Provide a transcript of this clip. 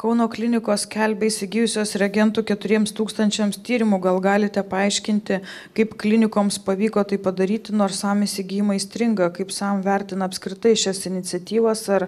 kauno klinikos skelbia įsigijusios reagentų keturiems tūkstančiams tyrimų gal galite paaiškinti kaip klinikoms pavyko tai padaryti nors sam įsigijimai stringa kaip sam vertina apskritai šias iniciatyvas ar